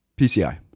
PCI